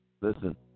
Listen